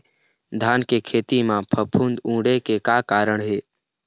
धान के खेती म फफूंद उड़े के का कारण हे?